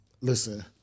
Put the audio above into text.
listen